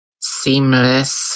Seamless